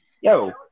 yo